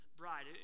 bride